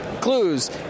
Clues